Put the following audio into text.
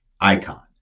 icon